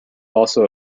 also